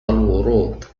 الورود